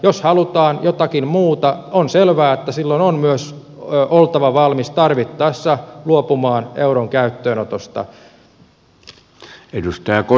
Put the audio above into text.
jos halutaan jotakin muuta on selvää että silloin on myös oltava valmis tarvittaessa luopumaan euron käytöstä